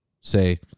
say